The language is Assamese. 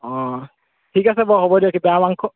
অঁ ঠিক আছে বাৰু হ'ব দিয়ক বেয়া মাংস